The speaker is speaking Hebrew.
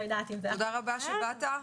תודה רבה שבאת.